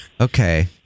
Okay